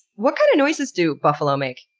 what kind of noises do buffalo make?